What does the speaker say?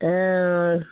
हँ